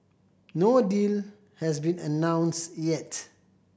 no deal has been announced yet